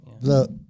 Look